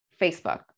Facebook